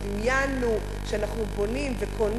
דמיינו שאנחנו בונים וקונים.